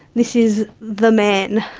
this is the man,